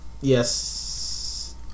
Yes